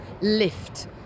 lift